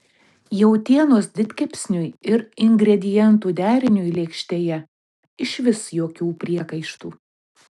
jautienos didkepsniui ir ingredientų deriniui lėkštėje išvis jokių priekaištų